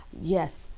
yes